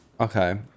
Okay